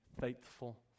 faithful